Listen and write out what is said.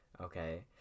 Okay